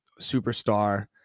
superstar